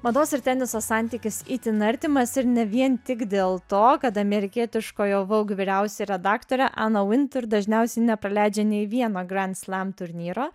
mados ir teniso santykis itin artimas ir ne vien tik dėl to kad amerikietiškojo vogue vyriausioji redaktorė ana vintur dažniausiai nepraleidžia nei vieno grand slam turnyro